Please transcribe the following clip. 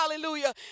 hallelujah